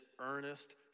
earnest